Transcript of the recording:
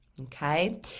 Okay